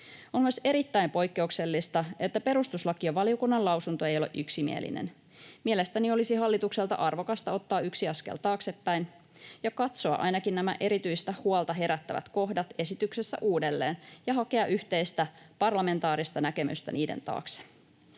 On myös erittäin poikkeuksellista, että perustuslakivaliokunnan lausunto ei ole yksimielinen. Mielestäni olisi hallitukselta arvokasta ottaa yksi askel taaksepäin ja katsoa ainakin nämä erityistä huolta herättävät kohdat esityksessä uudelleen ja hakea yhteistä parlamentaarista näkemystä niiden taakse.